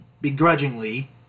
begrudgingly